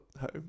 home